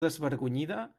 desvergonyida